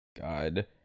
God